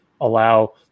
allow